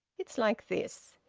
it's like this.